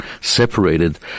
separated